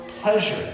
pleasure